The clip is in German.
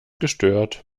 gestört